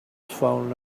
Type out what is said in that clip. phone